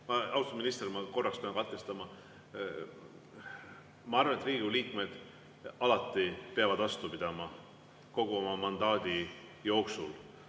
Austatud minister, ma korraks pean teid katkestama. Ma arvan, et Riigikogu liikmed alati peavad vastu pidama, kogu oma mandaadi jooksul,